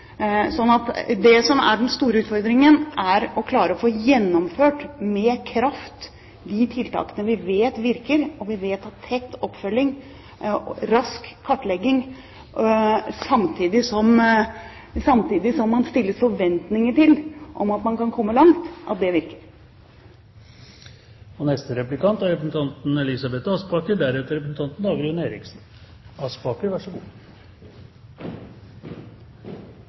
det som er den store utfordringen, er å klare å få gjennomført med kraft de tiltakene vi vet virker, og vi vet at tett oppfølging, rask kartlegging samtidig som man stilles forventninger til at man kan komme langt,